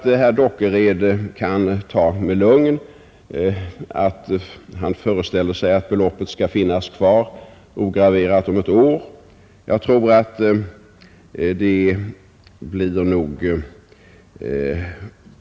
Herr Dockered, som föreställer sig att detta belopp skall stå ograverat kvar om ett år, kan vara lugn för att så inte blir fallet.